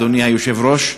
אדוני היושב-ראש,